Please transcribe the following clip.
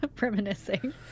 reminiscing